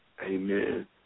Amen